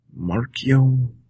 Markio